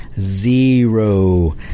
Zero